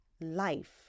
life